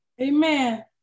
Amen